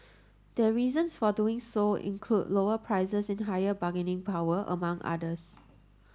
their reasons for doing so include lower prices and higher bargaining power among others